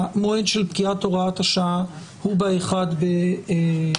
המועד של פקיעת הוראת השעה הוא ב-1 באפריל.